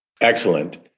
Excellent